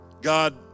God